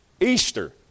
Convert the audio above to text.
Easter